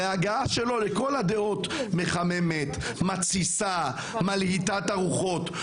ההגעה שלו לכל הדעות מחממת ומתסיסה את הרוחות.